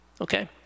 Okay